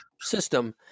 system